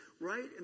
Right